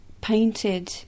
painted